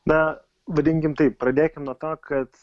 na vadinkim taip pradėkim nuo to kad